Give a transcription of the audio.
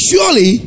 Surely